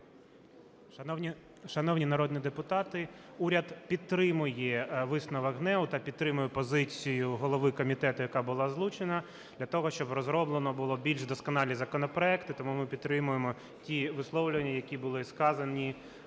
Шановні народні депутати, уряд підтримує висновок ГНЕУ та підтримує позицію голови комітету, яка була озвучена, для того, щоб розроблено було більш досконалі законопроекти, тому ми підтримуємо ті висловлення, які були сказані